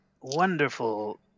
wonderful